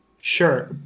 Sure